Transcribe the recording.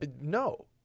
No